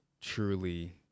truly